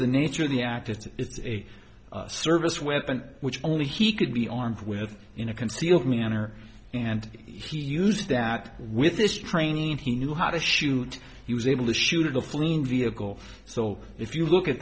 the nature of the act it's a service weapon which only he could be armed with in a concealed manner and he used that with this training he knew how to shoot he was able to shoot at a fleeing vehicle so if you look at